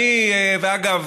אגב,